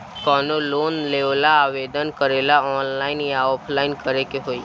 कवनो लोन लेवेंला आवेदन करेला आनलाइन या ऑफलाइन करे के होई?